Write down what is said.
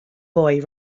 boy